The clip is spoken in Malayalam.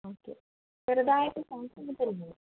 ഓക്കെ ചെറുതായിട്ട് ശ്വാസം മുട്ടലുണ്ട്